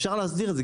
אפשר להסדיר את זה.